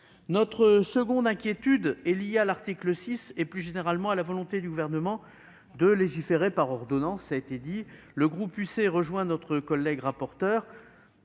Notre seconde inquiétude est liée à l'article 6 et, plus généralement, à la volonté du Gouvernement de légiférer par ordonnance. Le groupe Union Centriste rejoint